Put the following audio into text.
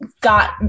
got